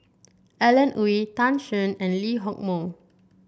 Alan Oei Tan Shen and Lee Hock Moh